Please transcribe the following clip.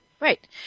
Right